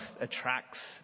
attracts